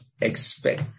expect